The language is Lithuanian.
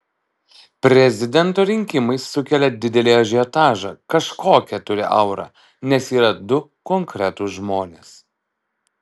prezidento rinkimai sukelia didelį ažiotažą kažkokią turi aurą nes yra du konkretūs žmonės